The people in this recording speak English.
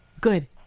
Good